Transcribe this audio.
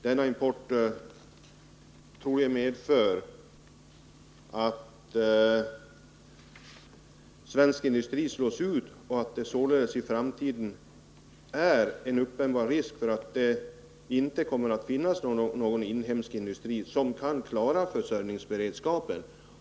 Denna import torde medföra att svensk industri slås ut och att det i framtiden sålunda finns en uppenbar risk för att det inte kommer att finnas någon inhemsk industri som kan klara försörjningsberedskapen.